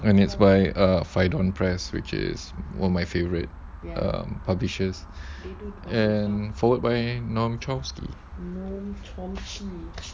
and it's by uh fight on press which is where my favourite um publishers and forward by noam chomsky